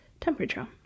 temperature